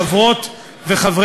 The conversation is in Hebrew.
קיבלה אותו בזכות ולא בחסד.